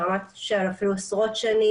עשרות שנים,